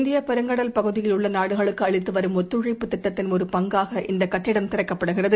இந்தியபெருங்கடல் பகுதியில் உள்ளநாடுகளுக்குஅளித்துவரும் ஒத்துழைப்புத் திட்டத்தின் ஒரு பங்காக இந்தக் கட்டிடம் திறக்கப்படுகிறது